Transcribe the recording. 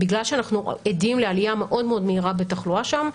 בגלל שאנחנו עדים לעלייה מאוד מאוד מהירה בתחלואה שם.